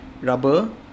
rubber